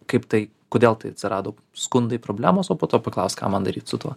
kaip tai kodėl tai atsirado skundai problemos o po to paklausk ką man daryt su tuo